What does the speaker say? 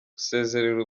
gusezerera